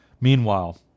Meanwhile